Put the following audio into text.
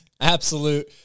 Absolute